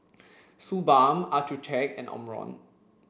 Suu Balm Accucheck and Omron